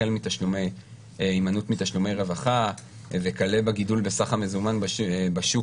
החל מהימנעות מתשלומי רווחה וכלה בגידול בסך המזומן בשוק